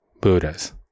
Buddhas